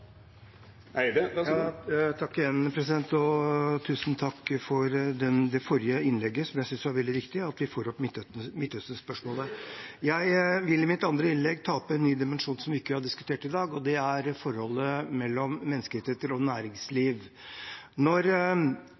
Tusen takk for det forrige innlegget, som jeg synes var veldig viktig, at vi får opp Midtøsten-spørsmålet. Jeg vil i mitt andre innlegg ta opp en ny dimensjon som vi ikke har diskutert i dag, og det er forholdet mellom menneskerettigheter og næringsliv. Når